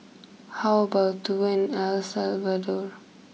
how about a tour in El Salvador